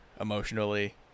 emotionally